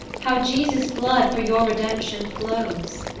how jesus' blood for your redemption flows.